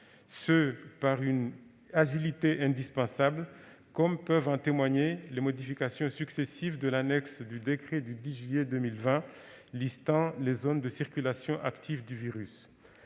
ce par une agilité indispensable, comme peuvent en témoigner les modifications successives de l'annexe du décret du 10 juillet 2020 listant les zones de circulation active du virus.